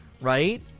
right